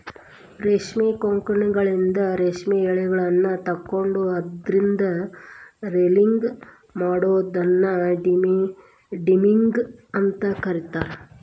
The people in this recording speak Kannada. ರೇಷ್ಮಿ ಕೋಕೂನ್ಗಳಿಂದ ರೇಷ್ಮೆ ಯಳಿಗಳನ್ನ ತಕ್ಕೊಂಡು ಅದ್ರಿಂದ ರೇಲಿಂಗ್ ಮಾಡೋದನ್ನ ಡಿಗಮ್ಮಿಂಗ್ ಅಂತ ಕರೇತಾರ